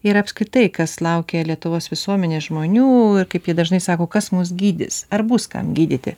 ir apskritai kas laukia lietuvos visuomenės žmonių ir kaip jie dažnai sako kas mus gydys ar bus kam gydyti